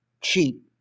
cheap